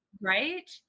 right